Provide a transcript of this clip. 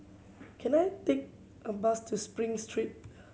can I take a bus to Spring Street